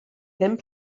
ddim